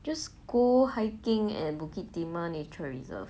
just go hiking at bukit timah nature reserve